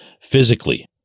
physically